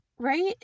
Right